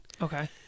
Okay